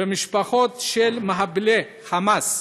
ומשפחות של מחבלי ה"חמאס"